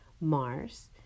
Mars